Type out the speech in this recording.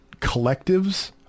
collectives